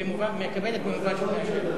מקבלת במובן של מאשרת.